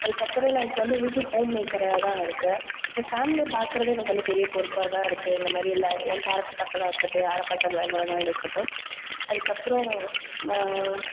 அதுக்கப்புறம் நான் இப்போ வந்து வீட்டில் ஹோம்மேக்கராக தான் இருக்கேன் என் ஃபேமிலியை பார்க்கிறதே எனக்கு வந்து பெரிய பொறுப்பாக தான் இருக்குது இந்த மாதிரிலாம் என் பேரன்ஸ் பார்க்குறதா இருக்கட்டும் யாரை பார்க்குறதா இருக்கட்டும் அதுக்கப்புறம்